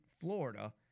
Florida